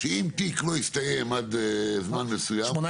שאם תיק לא הסתיים עד זמן מסוים, קופץ.